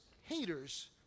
haters